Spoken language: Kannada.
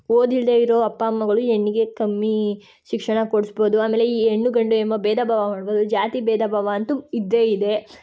ಓದಿಲ್ಲದೇ ಇರೋ ಅಪ್ಪ ಅಮ್ಮಗಳು ಹೆಣ್ಣಿಗೆ ಕಮ್ಮಿ ಶಿಕ್ಷಣ ಕೊಡಿಸ್ಬೋದು ಆಮೇಲೆ ಈ ಹೆಣ್ಣು ಗಂಡು ಎಂಬ ಭೇದ ಭಾವ ಮಾಡ್ಬೋದು ಜಾತಿ ಭೇದ ಭಾವ ಅಂತೂ ಇದ್ದೇ ಇದೆ